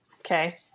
Okay